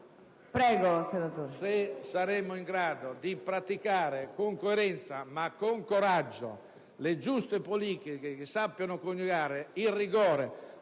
se saremo in grado di praticare con coerenza e coraggio le giuste politiche, che sappiano coniugare il rigore